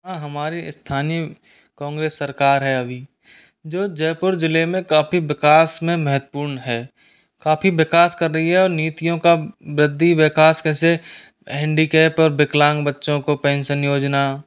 हाँ हमारे स्थानीय कांग्रेस सरकार है अभी जो जयपुर ज़िले में काफ़ी विकास में महत्वपूर्ण है काफ़ी विकास कर रही है और नीतियों का वृद्धि विकास कैसे हैंडिकैप्ड और विकलांग बच्चों को पेंशन योजना